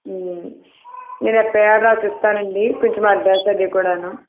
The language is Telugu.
నేను ఎఫ్ఐఆర్ రాసిస్తానండీ కొంచెం అడ్రస్ అది కూడాను